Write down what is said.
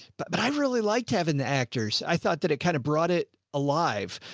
but but i really liked having the actors. i thought that it kind of brought it alive.